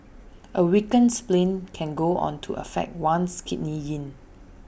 A weakened spleen can go on to affect one's Kidney Yin